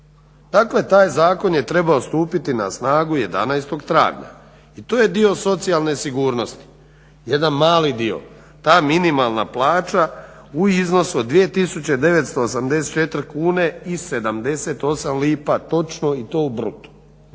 Dakle taj zakon je trebao stupiti na snagu 11.travnja i to je dio socijalne sigurnosti, jedan mali dio. Ta minimalna plaća u iznosu od 2984 kune i 78 lipa točno i to u bruto.